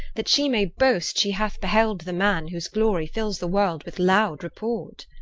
that she may boast she hath beheld the man, whose glory fills the world with lowd report